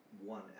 one